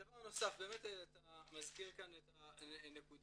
דבר נוסף, באמת אתה מזכיר כאן את הנקודה